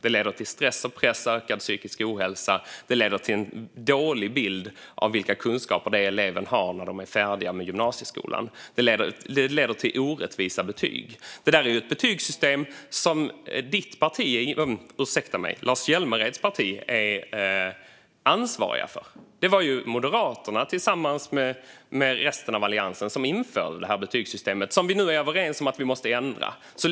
Det leder till stress, press och ökad psykisk ohälsa. Det leder till en dålig bild av vilka kunskaper eleverna har när de är färdiga med gymnasieskolan. Det leder till orättvisa betyg. Det där är ett betygssystem som Lars Hjälmereds parti är ansvarigt för. Det var Moderaterna tillsammans med resten av Alliansen som införde det här betygssystemet som vi nu är överens om att vi måste ändra.